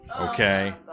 Okay